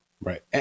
Right